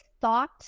thought